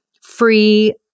free